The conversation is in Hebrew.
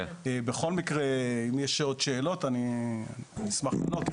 בכל מקרה, אם יש עוד שאלות, אני אשמח לענות.